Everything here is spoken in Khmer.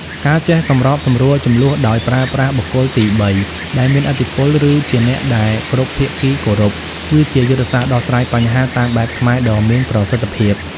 ការចេះសម្របសម្រួលជម្លោះដោយប្រើប្រាស់បុគ្គលទីបីដែលមានឥទ្ធិពល ឬជាអ្នកដែលគ្រប់ភាគីគោរព គឺជាយុទ្ធសាស្ត្រដោះស្រាយបញ្ហាតាមបែបខ្មែរដ៏មានប្រសិទ្ធភាព។